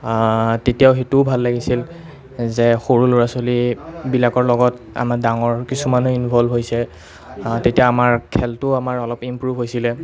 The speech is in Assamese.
তেতিয়াও সেইটোও ভাল লাগিছিল যে সৰু ল'ৰা ছোৱালীবিলাকৰ লগত আমাৰ ডাঙৰ কিছুমানো ইনভল্ভ হৈছে তেতিয়া আমাৰ খেলটোও আমাৰ অলপ ইমপ্ৰ'ভ হৈছিলে